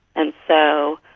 and so